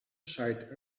side